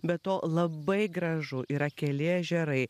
be to labai gražu yra keli ežerai